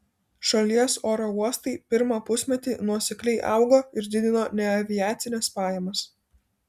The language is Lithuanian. šalies oro uostai pirmą pusmetį nuosekliai augo ir didino neaviacines pajamas